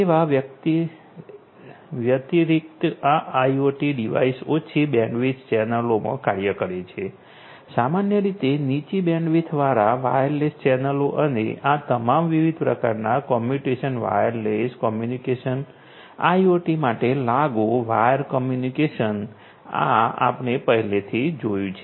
એના વ્યતિરિક્ત આ આઇઓટી ડિવાઇસ ઓછી બેન્ડવિડ્થ ચેનલો માં કાર્ય કરે છે સામાન્ય રીતે નીચી બેન્ડવિડ્થવાળા વાયરલેસ ચેનલો અને આ તમામ વિવિધ પ્રકારનાં કમ્યુનિકેશન વાયરલેસ કમ્યુનિકેશન આઇઓટી માટે લાગુ વાયર કમ્યુનિકેશન આ આપણે પહેલાથી જોયા છે